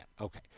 Okay